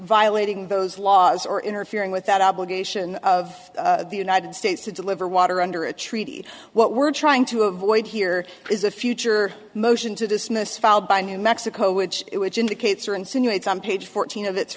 violating those laws or interfering with that obligation of the united states to deliver water under a treaty what we're trying to avoid here is a future motion to dismiss filed by new mexico which it which indicates or insinuates on page fourteen of its